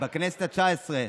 בכנסת התשע-עשרה.